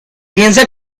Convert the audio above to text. piensa